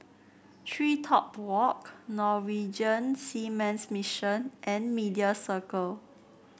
TreeTop Walk Norwegian Seamen's Mission and Media Circle